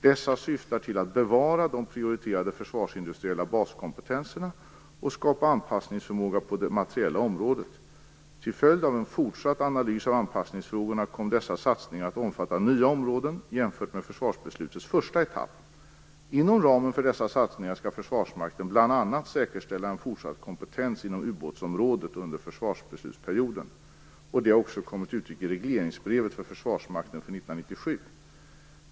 Dessa satsningar syftar till att bevara de prioriterade försvarsindustriella baskompetenserna och att skapa anpassningsförmåga på det materiella området. Till följd av en fortsatt analys av anpassningsfrågorna kom dessa satsningar att om fatta nya områden jämfört med försvarsbeslutets första etapp. Inom ramen för dessa satsningar skall Försvarsmakten bl.a. 158). Detta har också kommit till uttryck i regleringsbrevet för Försvarsmakten för år 1997.